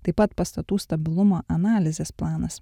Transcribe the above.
taip pat pastatų stabilumo analizės planas